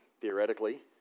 theoretically